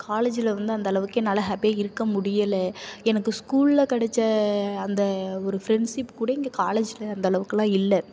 காலேஜில் வந்து அந்தளவுக்கு என்னால் ஹாப்பியாக இருக்க முடியலை எனக்கு ஸ்கூல்ல கிடைச்ச அந்த ஒரு ஃப்ரெண்ட்ஷிப் இப்போ கூட இங்கே காலேஜில் அந்தளவுக்கெலாம் இல்லை